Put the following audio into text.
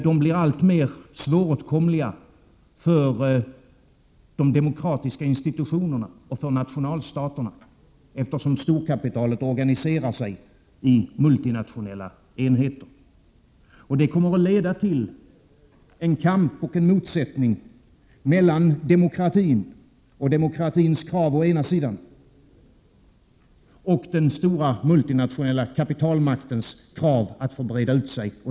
De blir alltmer svåråtkomliga för de demokratiska institutionerna och för nationalstaterna, eftersom storkapitalet organiserar sig i multinationella enheter. Det kommer att leda till en motsättning och en kamp mellan å ena sidan demokratin och dess krav och å andra sidan den stora multinationella kapitalmaktens krav att få breda ut sig.